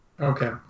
Okay